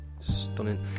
stunning